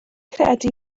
credu